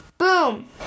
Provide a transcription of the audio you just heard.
Boom